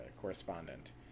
correspondent